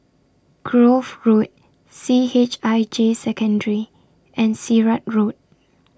Grove Road C H I J Secondary and Sirat Road